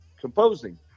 composing